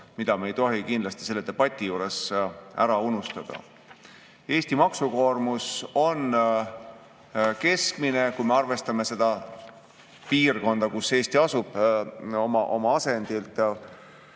mida me ei tohi kindlasti selle debati juures ära unustada. Eesti maksukoormus on keskmine, kui me arvestame seda piirkonda, kus Eesti asub: 33–34%.